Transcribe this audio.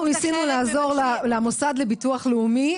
אנחנו ניסינו לעזור למוסד לביטוח לאומי.